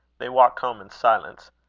they walked home in silence,